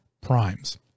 primes